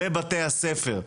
בבתי הספר.